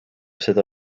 seda